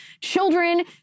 children